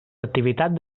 activitats